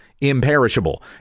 imperishable